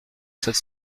sept